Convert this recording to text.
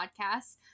Podcasts